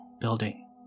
building